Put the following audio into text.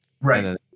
right